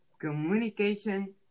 communication